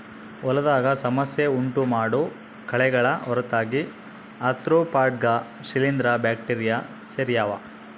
ಹೊಲದಾಗ ಸಮಸ್ಯೆ ಉಂಟುಮಾಡೋ ಕಳೆಗಳ ಹೊರತಾಗಿ ಆರ್ತ್ರೋಪಾಡ್ಗ ಶಿಲೀಂಧ್ರ ಬ್ಯಾಕ್ಟೀರಿ ಸೇರ್ಯಾವ